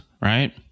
right